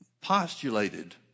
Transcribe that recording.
postulated